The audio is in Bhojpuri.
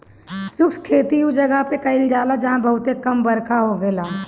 शुष्क खेती उ जगह पे कईल जाला जहां बहुते कम बरखा होखेला